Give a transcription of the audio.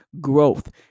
growth